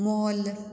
मोल